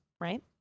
right